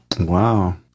Wow